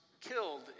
killed